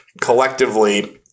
collectively